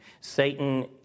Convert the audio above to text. Satan